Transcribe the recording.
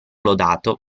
lodato